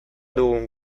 dugun